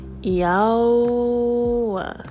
Yo